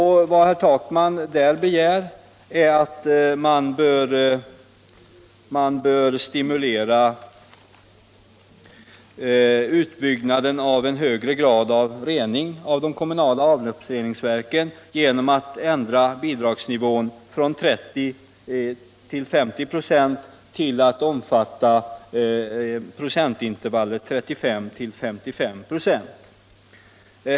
Han begär att man skall stimulera en högre grad av rening i de kommunala avloppsreningsverken genom att ändra bidragsnivån från 30-50 96 till att omfatta procentintervallen 35-55.